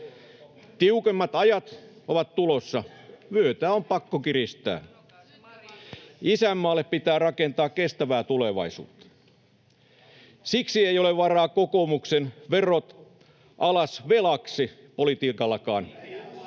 Tiukemmat ajat ovat tulossa. Vyötä on pakko kiristää. [Mari Rantanen: Sanokaa se Marinille!] Isänmaalle pitää rakentaa kestävää tulevaisuutta. Siksi ei ole varaa kokoomuksen verot alas velaksi ‑politiikkaankaan.